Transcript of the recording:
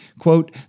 Quote